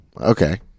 okay